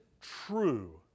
true